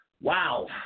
Wow